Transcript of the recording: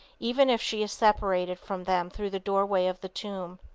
even if she is separated from them through the doorway of the tomb.